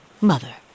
Mother